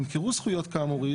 זכויות, כאמור,